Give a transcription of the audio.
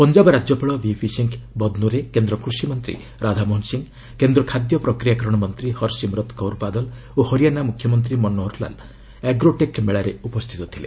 ପଞ୍ଜାବ ରାଜ୍ୟପାଳ ଭିପି ସିଂହ ବଦନୋରେ କେନ୍ଦ୍ର କୁଷି ମନ୍ତ୍ରୀ ରାଧାମୋହନ ସିଂହ କେନ୍ଦ୍ର ଖାଦ୍ୟ ପ୍ରକ୍ରିୟାକରଣ ମନ୍ତ୍ରୀ ହରସିମରତ କୌର ବାଦଲ ଓ ହରିଆନା ମୁଖ୍ୟମନ୍ତ୍ରୀ ମନୋହର ଲାଲ୍ ଆଗ୍ରୋ ଟେକ୍ ମେଳାରେ ଉପସ୍ଥିତ ଥିଲେ